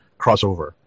crossover